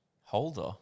Holder